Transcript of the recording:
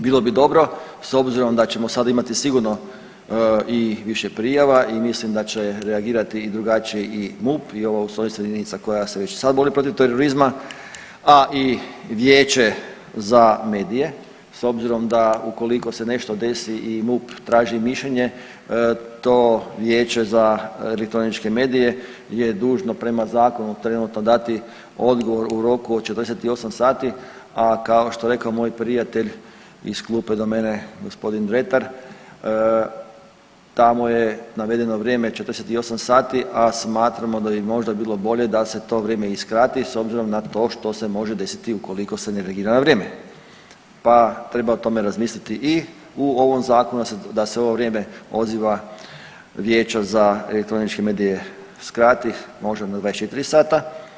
Bilo bi dobro s obzirom da ćemo sad imati sigurno i više prijava i mislim da će reagirati i drugačije i MUP i ova ustrojstvena jedinica koja se već sad bori protiv terorizma, a i Vijeće za medije s obzirom da ukoliko se nešto desi i MUP traži mišljenje to Vijeće za elektroničke medije je dužno prema zakonu trenutno dati odgovor u roku od 48 sati, a kao što je rekao moj prijatelj iz klupe do mene gospodin Dretar tamo je navedeno vrijeme 48 sati, a smatramo da bi možda bilo bolje da se to vrijeme i skrati s obzirom na to što se može desiti ukoliko se ne reagira na vrijeme pa treba o tome razmisliti i u ovom zakonu da se ovo vrijeme odziva Vijeća za elektroničke medije skrati možda na 24 sata.